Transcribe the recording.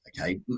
okay